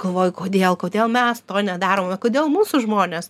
galvoju kodėl kodėl mes to nedarome kodėl mūsų žmonės